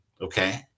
Okay